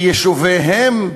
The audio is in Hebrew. מיישוביהם,